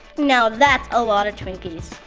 now that's a lot of twinkies.